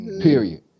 period